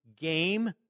game